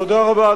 תודה רבה,